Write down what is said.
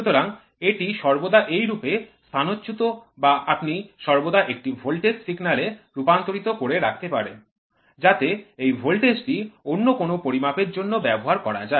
সুতরাং এটি সর্বদা এইরূপে স্থানচ্যুত যা আপনি সর্বদা একটি ভোল্টেজ সিগন্যালে রূপান্তরিত করে রাখতে পারেন যাতে এই ভোল্টেজটি অন্য কোনও পরিমাপের জন্য ব্যবহার করা যায়